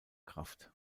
kraft